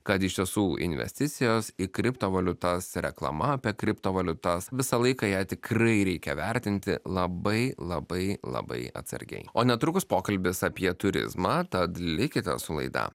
kad iš tiesų investicijos į kriptovaliutas reklama apie kriptovaliutas visą laiką ją tikrai reikia vertinti labai labai labai atsargiai o netrukus pokalbis apie turizmą tad likite su laida